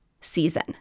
season